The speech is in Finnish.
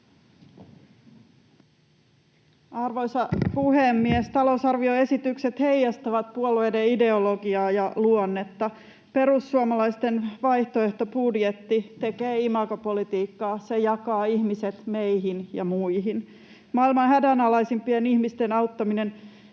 Arvoisa puhemies! Talousarvioesitykset heijastavat puolueiden ideologiaa ja luonnetta. Perussuomalaisten vaihtoehtobudjetti tekee imagopolitiikkaa: se jakaa ihmiset meihin ja muihin. Maailman hädänalaisimpien ihmisten auttamisella